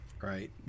right